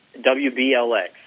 WBLX